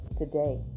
today